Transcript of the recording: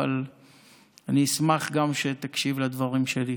אבל אני אשמח גם שתקשיב לדברים שלי.